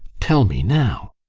tell me now?